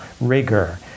rigor